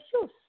shoes